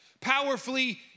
powerfully